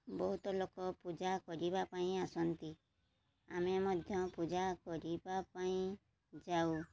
ବହୁତ ଲୋକ ପୂଜା କରିବା ପାଇଁ ଆସନ୍ତି ଆମେ ମଧ୍ୟ ପୂଜା କରିବା ପାଇଁ ଯାଉ